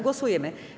Głosujemy.